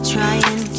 Trying